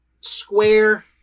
square